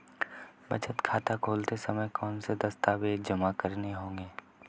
बचत खाता खोलते समय कौनसे दस्तावेज़ जमा करने होंगे?